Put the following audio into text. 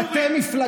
אתם,